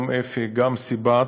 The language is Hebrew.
גם אפ"י, גם סיב"ט,